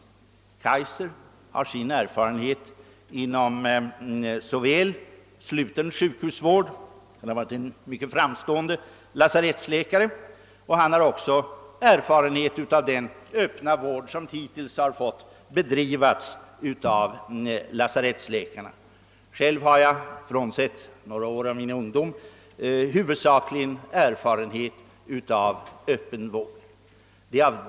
Herr Kaijser har erfarenhet såväl från sluten sjukhusvård — han har varit en mycket framstående lasarettsläkare — som från den öppna vård vilken hittills fått bedrivas av lasarettsläkarna. Själv har jag huvudsakligen — med undantag för några år av min ungdom — erfarenhet av öppen vård.